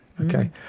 Okay